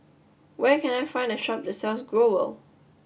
where can I find a shop that sells Growell